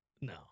No